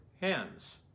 hands